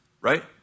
right